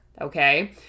okay